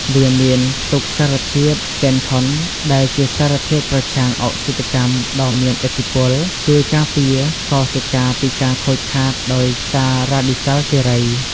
វាមានផ្ទុកសារធាតុ ហ្សេនថុន ដែលជាសារធាតុប្រឆាំងអុកស៊ីតកម្មដ៏មានឥទ្ធិពលជួយការពារកោសិកាពីការខូចខាតដោយសាររ៉ាឌីកាល់សេរី។